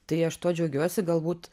tai aš tuo džiaugiuosi galbūt